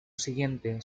siguiente